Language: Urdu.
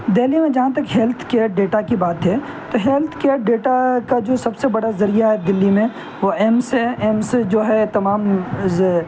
دہلی میں جہاں تک ہیلتھ کیئر ڈیٹا کی بات ہے تو ہیلتھ کیئر ڈیٹا کا جو سب سے بڑا ذریعہ ہے دلی میں وہ ایمس ہے ایمس جو ہے تمام